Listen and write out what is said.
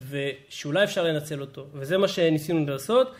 ושאולי אפשר לנצל אותו וזה מה שניסינו לעשות.